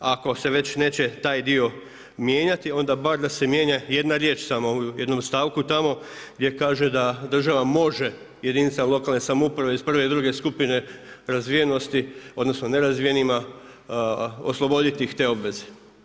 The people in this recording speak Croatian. Ako se već neće taj dio mijenjati onda bar da se mijenja jedna riječ samo u jednom stavku tamo gdje kaže da država može jedinicama lokalne samouprave iz prve i druge skupine razvijenosti odnosno nerazvijenima osloboditi ih te obveze.